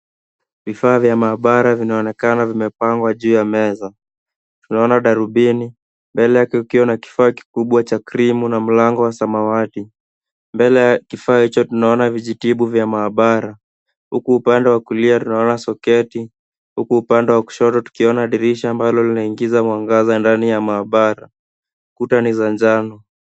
Vifaa vya maabara vinaonekana vimepangwa juu ya meza. Tunaona darubini, mbele yake kukiwa na kifaa kikubwa cha krimu na mlango wa samawati. Mbele ya kifaa hicho tunaona vijitibu vya maabara, huku upande wa kulia tunaona soketi huku upande wa kushoto tukiona dirisha ambalo linaingiza mwangaza ndani ya maabara. Kuta ni za njano.